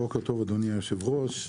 בוקר טוב, אדוני היושב ראש.